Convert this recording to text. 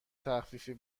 تخفیفی